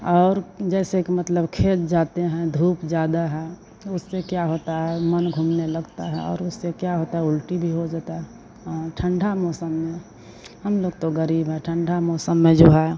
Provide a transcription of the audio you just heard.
और जैसे कि मतलब खेत जाते है धूप ज़्यादा है उससे क्या होता है मन घूमने लगता है और उससे क्या होता है उल्टी भी हो जाती है ठंडा मौसम में हम लोग तो गरीब हैं ठंडा मौसम में जो है